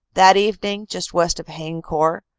that evening, just west of haynecourt,